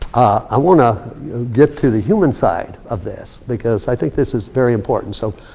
i wanna get to the human side of this, because i think this is very important. so,